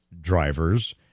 drivers